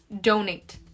donate